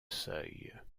seuil